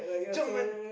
German